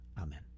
Amen